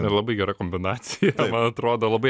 labai gera kombinacija man atrodo labai